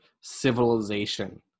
Civilization